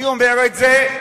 אני אומר את זה,